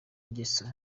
ngeso